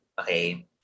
okay